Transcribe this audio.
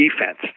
defense